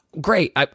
great